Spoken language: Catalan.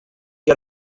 que